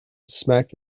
smack